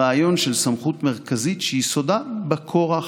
הרעיון של סמכות מרכזית שיסודה בכורח,